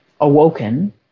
awoken